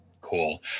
Cool